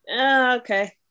okay